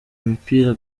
imipira